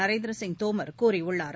நரேந்திர சிங் தோமர் கூறியுள்ளார்